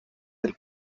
del